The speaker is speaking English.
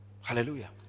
Hallelujah